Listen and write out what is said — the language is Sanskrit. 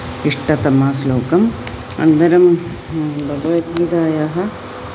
इष्टतमं श्लोकम् अनन्तरं भगवद्गीतायाः